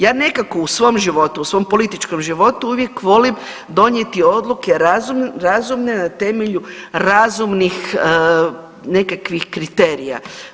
Ja nekako u svom životu, u svom političkom životu uvijek volim donijeti odluke razumne na temelju razumnih nekakvih kriterija.